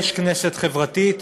יש כנסת חברתית,